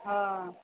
हँ